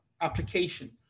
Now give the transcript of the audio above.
application